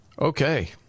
Okay